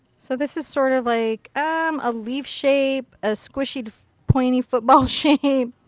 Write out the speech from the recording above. so this is sort of like um a leaf shape. a squishy pointed football shape.